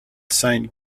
saint